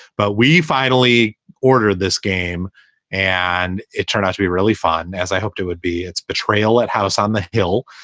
but we finally ordered this game and it turned out to be really fun, as i hoped it would be its betrayal at house on the hill.